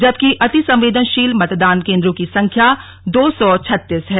जबकि अतिसंवेदनशील मतदान केंद्रों की संख्या दो सौ छत्तीस है